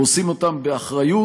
ועושים אותם באחריות.